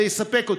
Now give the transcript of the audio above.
זה יספק אותי,